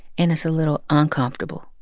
and it's a little uncomfortable,